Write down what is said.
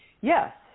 Yes